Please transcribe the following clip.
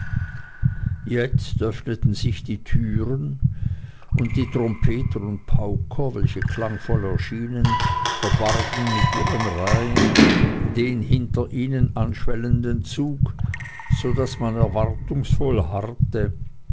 jetzt öffneten sich die türen und die trompeter und pauker welche klangvoll erschienen verbargen mit ihren reihen den hinter ihnen anschwellenden zug so daß man erwartungsvoll harrte